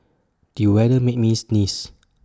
the weather made me sneeze